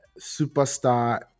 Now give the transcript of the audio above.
superstar